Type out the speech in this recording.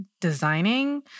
designing